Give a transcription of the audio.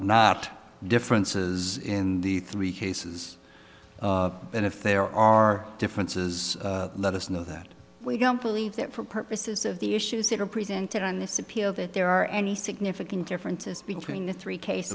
not differences in the three cases and if there are differences let us know that we don't believe that for purposes of the issues that are presented on this appeal that there are any significant differences between the three case